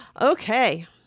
Okay